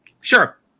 sure